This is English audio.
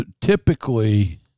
typically –